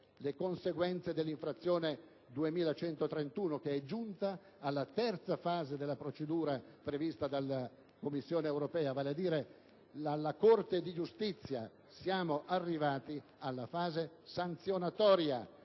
le conseguenze dell'infrazione n. 2131, giunta alla terza fase della procedura prevista dalla Commissione europea, cioè alla Corte di giustizia, quindi alla fase sanzionatoria.